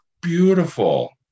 beautiful